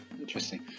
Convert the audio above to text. interesting